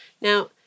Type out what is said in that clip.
Now